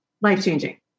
life-changing